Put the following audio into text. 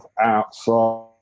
outside